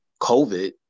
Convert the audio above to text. COVID